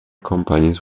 companies